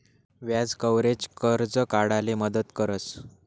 व्याज कव्हरेज, कर्ज काढाले मदत करस